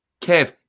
Kev